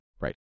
right